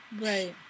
Right